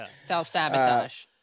Self-sabotage